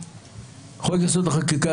חוק יסוד: החקיקה,